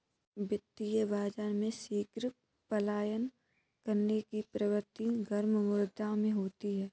वित्तीय बाजार में शीघ्र पलायन करने की प्रवृत्ति गर्म मुद्रा में होती है